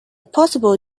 possible